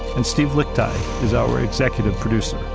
and steve lickteig is our executive producer.